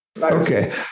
Okay